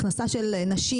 הכנסה של נשים.